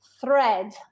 thread